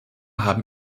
haben